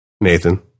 Nathan